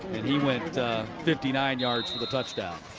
he went fifty nine yards for the touchdown.